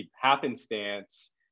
happenstance